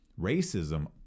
Racism